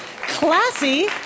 Classy